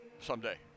someday